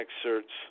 excerpts